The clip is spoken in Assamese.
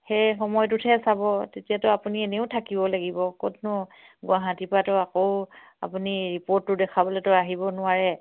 সেই সময়টোতহে চাব তেতিয়াতো আপুনি এনেও থাকিব লাগিব ক'তনো গুৱাহাটীৰপৰাতো আকৌ আপুনি ৰিপৰ্টটো দেখাবলৈতো আহিব নোৱাৰে